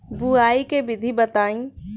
बुआई के विधि बताई?